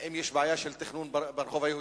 האם יש בעיה של תכנון ברחוב היהודי?